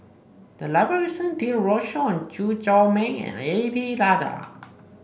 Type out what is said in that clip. the library recently did a roadshow on Chew Chor Meng and A P Rajah